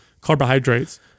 carbohydrates